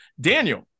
Daniel